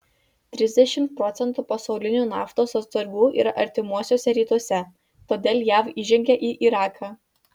trisdešimt procentų pasaulinių naftos atsargų yra artimuosiuose rytuose todėl jav įžengė į iraką